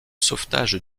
sauvetage